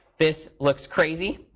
this looks crazy.